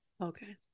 Okay